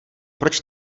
proč